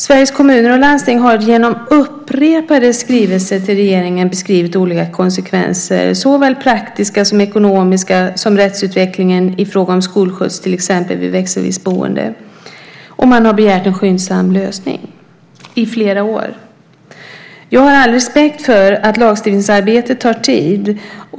Sveriges Kommuner och Landsting har genom upprepade skrivelser till regeringen beskrivit olika konsekvenser, såväl praktiska som ekonomiska, och rättsutvecklingen i fråga om skolskjuts till exempel vid växelvis boende. Man har begärt en skyndsam lösning i flera år. Jag har all respekt för att lagstiftningsarbetet tar tid.